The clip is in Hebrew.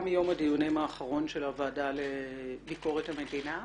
יום הדיונים האחרון של הוועדה לביקורת המדינה.